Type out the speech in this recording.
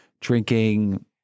drinking